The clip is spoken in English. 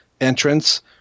entrance